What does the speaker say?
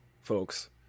folks